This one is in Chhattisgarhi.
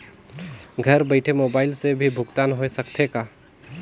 घर बइठे मोबाईल से भी भुगतान होय सकथे का?